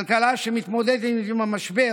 כלכלה שמתמודדת עם המשבר